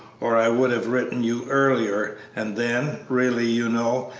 or i would have written you earlier, and then, really, you know,